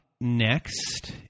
next